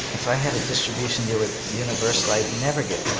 if i had a distribution deal with universal, i'd never get